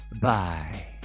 Bye